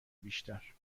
بیشتر